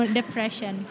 depression